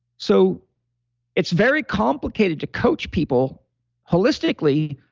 so it's very complicated to coach people holistically,